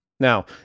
Now